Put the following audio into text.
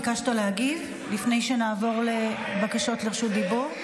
ביקשת להגיב לפני שנעבור לבקשות רשות הדיבור.